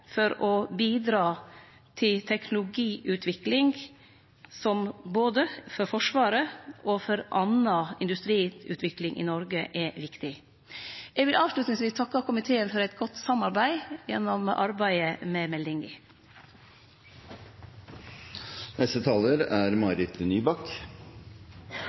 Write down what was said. for å bidra til viktig teknologiutvikling for Forsvaret og industrien i Noreg. Eg vil avslutningsvis få takke komiteen for eit godt samarbeid gjennom arbeidet med meldinga. La meg innledningsvis få takke saksordføreren for et særdeles godt utført arbeid med denne meldingen, som ikke bare er